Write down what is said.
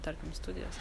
tarkim studijos